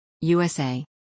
USA